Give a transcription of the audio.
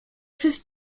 przez